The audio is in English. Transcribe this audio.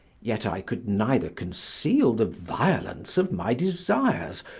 yet i could neither conceal the violence of my desires,